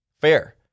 Fair